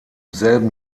selben